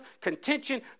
contention